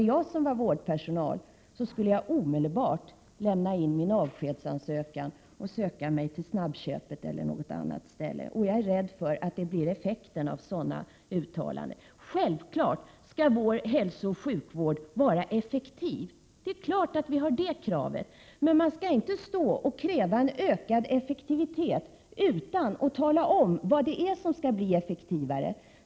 Om jag tillhörde vårdpersonalen, skulle jag omedelbart begära avsked och söka mig till snabbköpet eller något annat arbete. Jag är rädd för att det blir effekten av sådana uttalanden. Självfallet skall vår hälsooch sjukvård vara effektiv. Det är klart att vi har det kravet. Men man skall inte kräva en ökad effektivitet utan att tala om vad det är som skall göras effektivare.